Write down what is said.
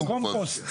קומפוסט.